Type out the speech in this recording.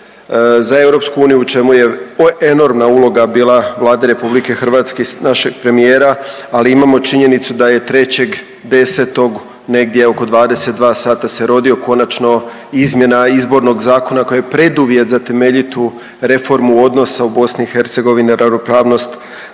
za EU, u čemu je enormna uloga bila Vlade RH i našeg premijera, ali imamo činjenicu da je 3.10., negdje oko 2 sata se rodio konačno izmjena izbornog zakona koja je preduvjet za temeljitu reformu odnosa u BiH, ravnopravnost